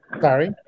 Sorry